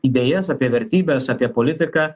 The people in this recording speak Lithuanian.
idėjas apie vertybes apie politiką